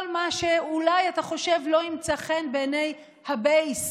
כל מה שאולי אתה חושב שלא ימצא חן בעיני הבייס,